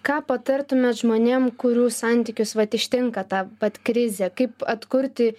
ką patartumėt žmonėm kurių santykius vat ištinka ta vat krizė kaip atkurti